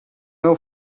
meu